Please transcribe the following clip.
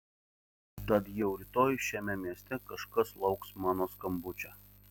tad jau rytoj šiame mieste kažkas lauks mano skambučio